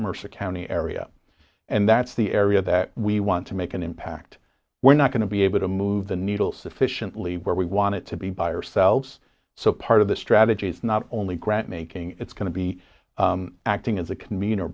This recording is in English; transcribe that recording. mercer county area and that's the area that we want to make an impact we're not going to be able to move the needle sufficiently where we want it to be by yourselves so part of the strategy is not only grant making it's going to be acting as a com